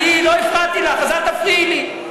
אני לא הפרעתי לך, אז אל תפריעי לי.